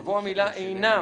תבוא המילה "אינם".